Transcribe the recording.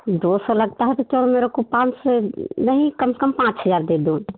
दो सौ लगता है तो चलो मेरे को पाँच सौ नहीं कम से कम पाँच हज़ार दे दो